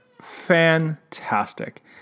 fantastic